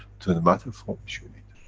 to the matter form which you need.